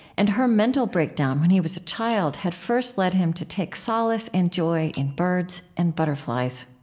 and her mental breakdown, when he was a child, had first led him to take solace and joy in birds and butterflies